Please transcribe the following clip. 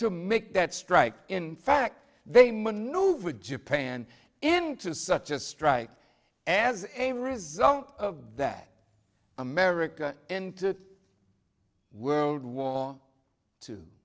to make that strike in fact they maneuvered japan into such a strike as a result of that america into world wa